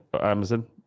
Amazon